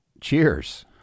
Cheers